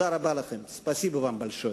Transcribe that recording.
תודה רבה לכם, ספאסיבה ואם באלשוי.